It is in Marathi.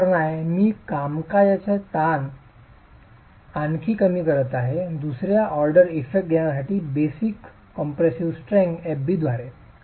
काय प्रकरण आहे मी कामकाजाचा ताण आणखी कमी करत आहे दुसरा ऑर्डर इफेक्ट देण्यासाठी बेसिक कंप्रेसिव स्ट्रेस fb द्वारे